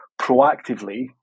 Proactively